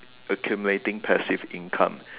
accumulating passive income